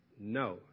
No